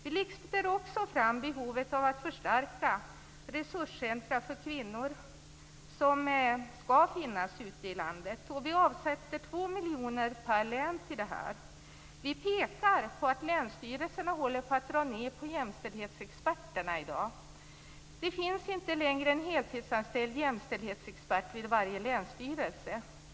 Vi lyfter också fram behovet av att förstärka de resurscentrum för kvinnor som skall finnas ute i landet. Vi avsätter 2 miljoner per län till det. Vi pekar på att länsstyrelserna i dag håller på att dra ned på jämställdhetsexperterna. Det finns inte längre en heltidsanställd jämställdhetsexpert vid varje länsstyrelse.